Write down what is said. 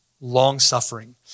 long-suffering